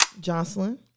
Jocelyn